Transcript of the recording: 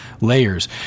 layers